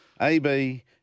AB